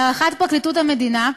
להערכת פרקליטות המדינה,